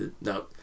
no